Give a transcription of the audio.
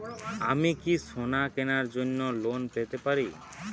আমি কি সোনা কেনার জন্য লোন পেতে পারি?